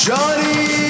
Johnny